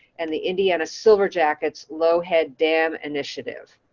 and the indiana silver jackets low head dam initiative.